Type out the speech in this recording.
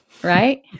right